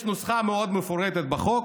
יש נוסחה מאוד מפורטת בחוק,